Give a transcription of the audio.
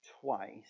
twice